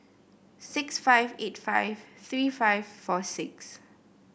six five eight five three five four six